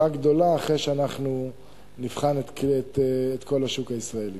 גדולה אחרי שאנחנו נבחן את כל השוק הישראלי.